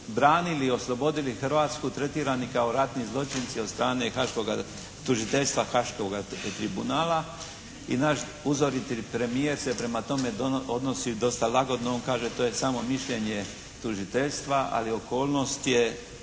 branili i oslobodili Hrvatsku tretirani kao ratni zločinci od strane Haškoga tužiteljstva, Haškoga tribunala. I naš uzoriti premijer se prema tome odnosi dosta lagodno. On kaže to je samo mišljenje tužiteljstva, ali okolnost je